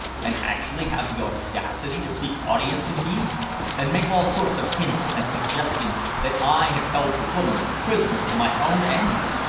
and actually have the audacity to seek audience of me and make all sorts of hints and suggestions that i have held the woman a prisoner for my own ends!